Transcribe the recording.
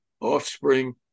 offspring